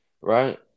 right